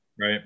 right